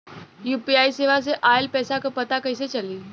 UPI सेवा से ऑयल पैसा क पता कइसे चली?